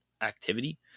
activity